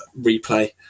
replay